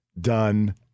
done